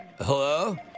Hello